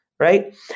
right